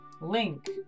Link